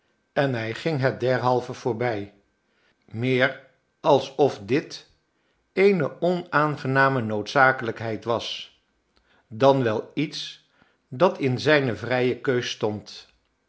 en hij ging het derhalve voorbij meer alsof dit eene onaangename noodzakelijkheid was dan wel iets dat in zijne vrije keus stond